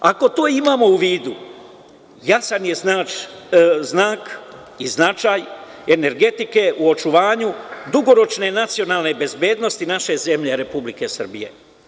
Ako to imamo u vidu, jasan je znak i značaj energetike u očuvanju dugoročne nacionalne bezbednosti naše zemlje Republike Srbije.